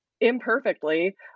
imperfectly